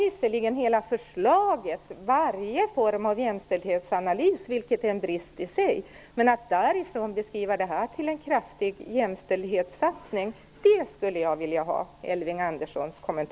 Visserligen saknas i hela förslaget varje form av jämställdhetsanalys, vilket i sig är en brist. Men att gå så långt som att beskriva det här som en kraftig jämställdhetssatsning är något som jag skulle vilja att